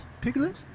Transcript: Piglet